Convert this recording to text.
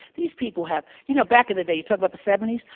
these people have you know, back in the day, you talk about the seventy s.